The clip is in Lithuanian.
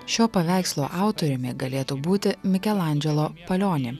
šio paveikslo autoriumi galėtų būti mikelandželo palioni